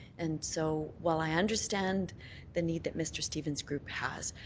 and so while i understand the need that mr. stevens' group has,